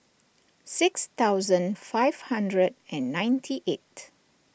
six thousand five hundred and ninety eight